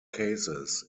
cases